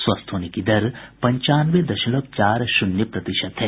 स्वस्थ होने की दर पंचानवे दशमलव चार शून्य प्रतिशत है